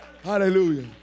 Hallelujah